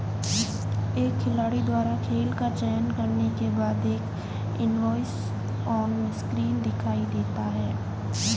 एक खिलाड़ी द्वारा खेल का चयन करने के बाद, एक इनवॉइस ऑनस्क्रीन दिखाई देता है